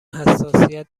حساسیت